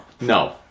No